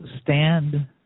stand